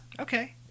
Okay